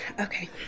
Okay